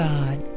God